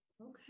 Okay